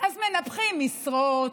אז מנפחים משרות,